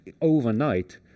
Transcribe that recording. overnight